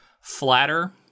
flatter